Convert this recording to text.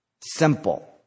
Simple